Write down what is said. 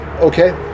Okay